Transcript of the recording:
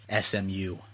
SMU